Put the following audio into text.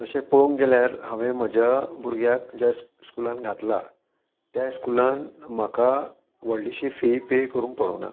तशें पळोवंक गेल्यार हांवें म्हज्या भुरग्याक ज्या स्कुलान घातला त्या स्कुलान म्हाका व्हडलीशी फी पे करूंक पडूंक ना